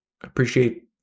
appreciate